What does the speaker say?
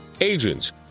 agents